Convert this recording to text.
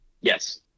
Yes